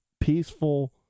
peaceful